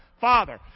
Father